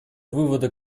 вывода